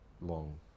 long